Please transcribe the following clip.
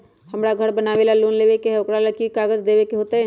हमरा घर बनाबे ला लोन लेबे के है, ओकरा ला कि कि काग़ज देबे के होयत?